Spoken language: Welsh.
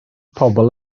pobl